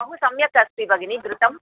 बहु सम्यक् अस्ति भगिनि घृतं